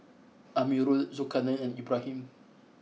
Amirul Zulkarnain and Ibrahim